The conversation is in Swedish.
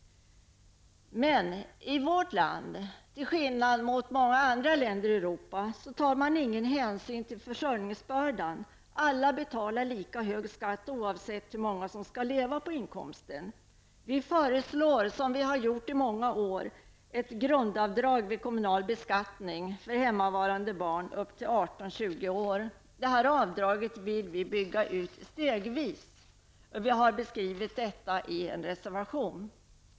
I vårt land, till skillnad mot många andra länder i Europa, tar man ingen hänsyn till försörjningsbördan. Alla betalar lika hög skatt oavsett hur många som skall leva på inkomsten. Vi föreslår, som vi har gjort i många år, ett grundavdrag vid kommunal beskattning för hemmavarande barn upp till 18--20 år. Detta avdrag vill vi bygga ut stegvis. Vi har beskrivit detta i en reservation.